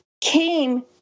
came